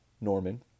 Norman